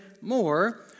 more